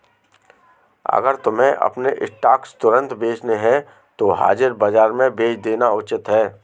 अगर तुम्हें अपने स्टॉक्स तुरंत बेचने हैं तो हाजिर बाजार में बेच देना उचित है